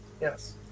Yes